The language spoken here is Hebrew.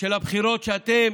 הבחירות שאתם